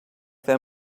their